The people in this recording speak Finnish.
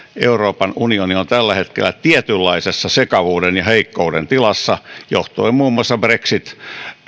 euroopan unioni on tällä hetkellä tietynlaisessa sekavuuden ja heikkouden tilassa johtuen muun muassa brexit